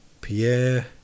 Pierre